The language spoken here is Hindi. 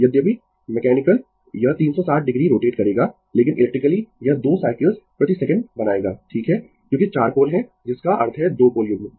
यद्यपि मैकेनिकल यह 360 डिग्री रोटेट करेगा लेकिन इलेक्ट्रिकली यह 2 साइकल्स प्रति सेकंड बनायेगा ठीक है क्योंकि चार पोल है जिसका अर्थ है 2 पोल युग्म